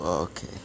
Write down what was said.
Okay